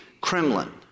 Kremlin